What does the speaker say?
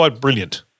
brilliant